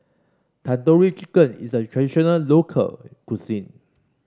Tandoori Chicken is a traditional local cuisine